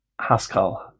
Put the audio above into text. Haskell